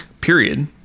period